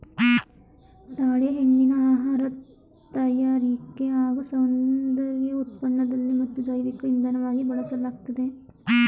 ತಾಳೆ ಎಣ್ಣೆನ ಆಹಾರ ತಯಾರಿಕೆಲಿ ಹಾಗೂ ಸೌಂದರ್ಯ ಉತ್ಪನ್ನದಲ್ಲಿ ಮತ್ತು ಜೈವಿಕ ಇಂಧನವಾಗಿ ಬಳಸಲಾಗ್ತದೆ